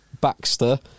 Baxter